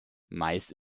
meist